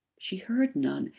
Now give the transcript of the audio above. she heard none,